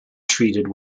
treated